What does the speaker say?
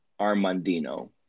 Armandino